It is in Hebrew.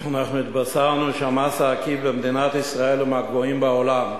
התבשרנו שהמס העקיף במדינת ישראל הוא מהגבוהים בעולם,